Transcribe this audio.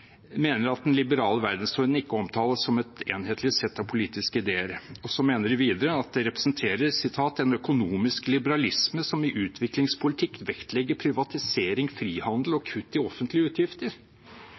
mener videre at den representerer en «økonomisk liberalisme som i utviklingspolitikk vektlegger privatisering, frihandel og